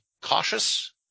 cautious